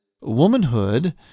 womanhood